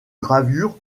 gravures